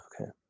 Okay